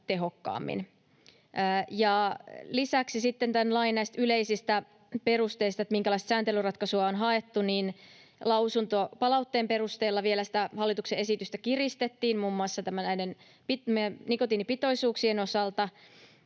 tehokkaammin. Lisäksi tämän lain yleisistä perusteista eli siitä, minkälaista sääntelyratkaisua on haettu: Lausuntopalautteen perusteella hallituksen esitystä vielä kiristettiin muun muassa nikotiinipitoisuuksien osalta